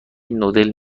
نودل